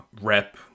rep